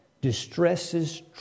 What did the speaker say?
distresses